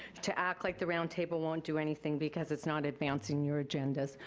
to act like the roundtable won't do anything because it's not advancing your agendas,